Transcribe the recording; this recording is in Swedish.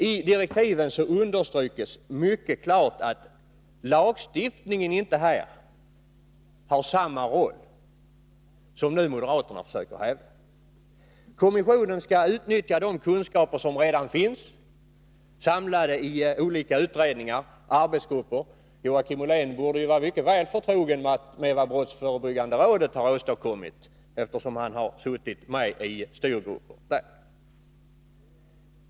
I dessa direktiv understryks mycket klart att lagstiftningen här inte har den roll som moderaterna försöker göra gällande. Kommissionen skall dra nytta av de kunskaper som redan finns samlade i olika utredningar och arbetsgrupper — Joakim Ollén borde vara mycket väl förtrogen med vad exempelvis brottsförebyggande rådet har åstadkommit, eftersom han har suttit med i styrgrupper där.